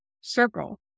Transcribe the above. circle